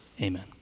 Amen